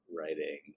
writing